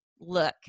Look